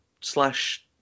slash